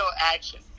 action